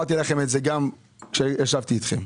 אמרתי לכם את זה גם כשישבתי אתכם.